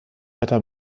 wetter